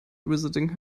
visiting